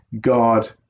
God